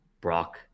Brock